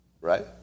Right